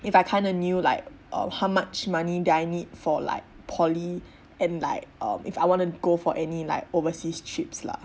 if I kinda knew like uh how much money that I need for like poly and like uh if I wanna go for any like overseas trips lah